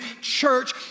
church